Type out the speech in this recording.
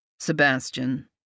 Sebastian